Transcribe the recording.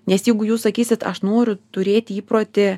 nes jeigu jūs sakysite aš noriu turėti įprotį